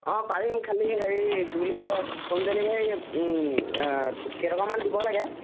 অঁ পাৰিম খালী হেৰি কি বুলি কয় হোম ডেলিভাৰী কেইটকামান দিব লাগে